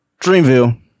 Dreamville